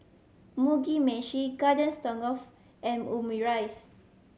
Mugi Meshi Garden Stroganoff and Omurice